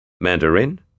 Mandarin